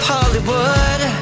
Hollywood